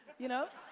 you know.